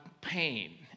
pain